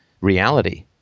reality